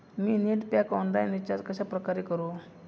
मी net pack online recharge कशाप्रकारे करु?